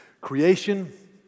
Creation